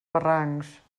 barrancs